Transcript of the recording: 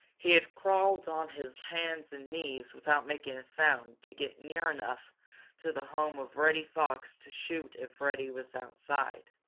he had crawled on his hands and knees without making a sound to get near enough to the home of reddy fox to shoot if reddy was outside.